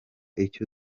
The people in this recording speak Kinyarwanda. icyo